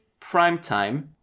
Primetime